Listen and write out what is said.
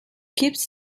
keeps